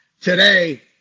today